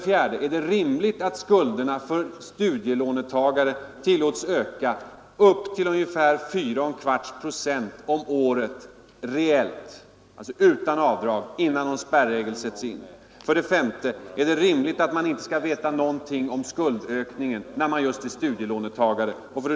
4) Är det rimligt att skulderna för studielåntagare tillåts öka upp till ungefär 4 1/4 procent om året netto, dvs. utan avdrag, innan någon spärregel sätts in? 5) Är det rimligt att man inte skall veta någonting om skuldökningen i framtiden när man är studielåntagare.